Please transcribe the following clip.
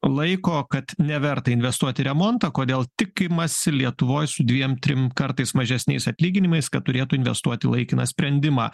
laiko kad neverta investuoti į remontą kodėl tikimasi lietuvoj su dviem trim kartais mažesniais atlyginimais kad turėtų investuot į laikiną sprendimą